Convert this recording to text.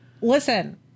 listen